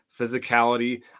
physicality